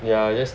yeah yes